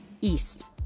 east